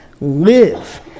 Live